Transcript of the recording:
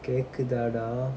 கேக்குதாடா:kekkudhada